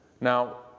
Now